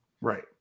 Right